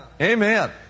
Amen